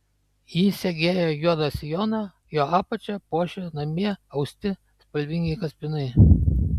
ji segėjo juodą sijoną jo apačią puošė namie austi spalvingi kaspinai